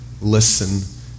listen